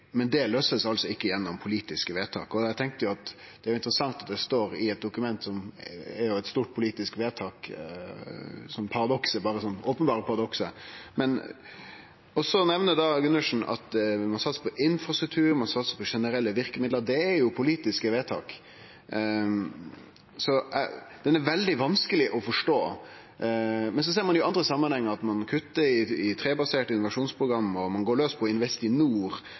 Det er «en stor utfordring, men løses ikke gjennom politiske vedtak». Eg tenkte at det er interessant at det står i eit dokument, det er jo eit stort politisk vedtak – som det openberre paradokset. Så nemner Gundersen at vi må satse på infrastruktur, vi må satse på generelle verkemiddel. Det er jo politiske vedtak, så dette er veldig vanskeleg å forstå. Så ser ein i andre samanhengar at ein kuttar i trebaserte innovasjonsprogram, og ein går laus på Investinor, ein tar ut ordninga som vil gripe direkte inn her. I